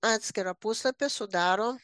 atskirą puslapį sudaro